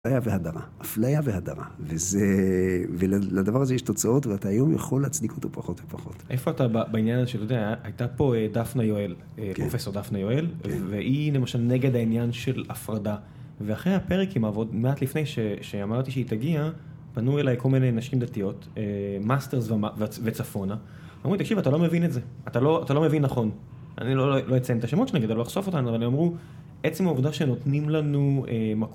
אפליה והדרה. אפליה והדרה. וזה... ולדבר הזה יש תוצאות, ואתה היום יכול להצדיק אותו פחות ופחות. איפה אתה בעניין הזה, שאתה יודע, הייתה פה דפנה יואל, פרופסור דפנה יואל, והיא, למשל, נגד העניין של הפרדה. ואחרי הפרק עם עבוד, מעט לפני שאמרתי שהיא תגיע, פנו אליי כל מיני נשים דתיות, מאסטרס וצפונה, אמרו לי, תקשיב, אתה לא מבין את זה. אתה לא מבין נכון. אני לא אציין את השמות שלהן וגם לא אחשוף אותן, אבל הן אמרו, עצם העובדה שנותנים לנו...